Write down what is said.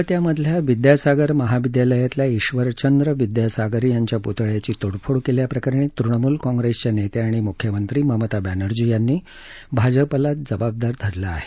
कोलकात्यामधल्या विद्यासागर महाविद्यालयातल्या इश्वरचंद्र विद्यासागर यांच्या पुतळयाची तोडफोड केल्याप्रकरणी तृणमूल काँग्रेसच्या नेत्या आणि मुख्यमंत्री ममता बॅनर्जी यांनी भाजपाला जवाबदार धरलं आहे